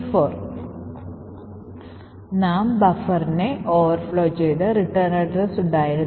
ഈ ബിറ്റ് ആ പ്രത്യേക പ്രോസസ്സനായി പേജ് ഡയറക്ടറിയിലും പേജ് പട്ടികയിലും ഉൾപ്പെടുത്തിയിട്ടുണ്ട്